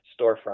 storefront